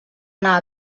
anar